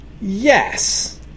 Yes